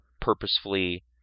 purposefully